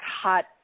hot